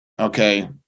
Okay